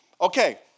Okay